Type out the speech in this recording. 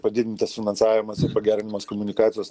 padidintas finansavimas ir pagerinimas komunikacijos